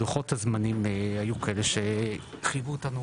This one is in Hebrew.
לוחות הזמנים היו כאלה שחייבו אותנו